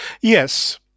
Yes